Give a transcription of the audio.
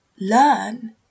learn